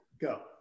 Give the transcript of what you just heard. Go